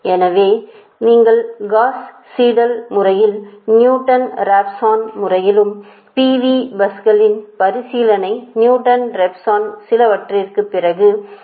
இப்போது Gauss Seidel முறையிலும் Newton Raphson முறையிலும் P V பஸ்களின் பரிசீலனை நியூட்டன் ராப்சன் சிலவற்றிற்குப் பிறகு உள்ளது